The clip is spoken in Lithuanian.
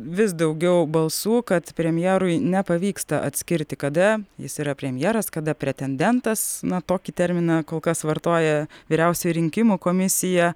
vis daugiau balsų kad premjerui nepavyksta atskirti kada jis yra premjeras kada pretendentas na tokį terminą kol kas vartoja vyriausioji rinkimų komisija